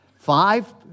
Five